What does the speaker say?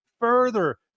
further